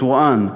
טורעאן,